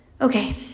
okay